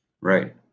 right